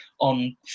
on